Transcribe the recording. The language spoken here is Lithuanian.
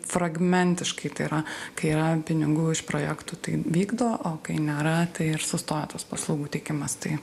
fragmentiškai tai yra kai yra pinigų iš projektų tai vykdo o kai nėra tai ir sustoja tas paslaugų teikimas tai